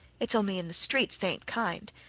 it's only in the streets they ain't kind.